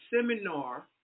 seminar